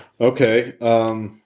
Okay